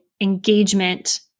engagement